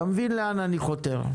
אתה מבין לאן אני חותר.